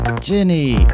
jenny